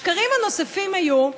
השקרים הנוספים היו,